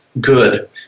good